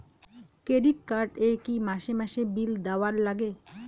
Credit card এ কি মাসে মাসে বিল দেওয়ার লাগে?